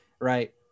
right